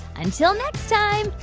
until next time,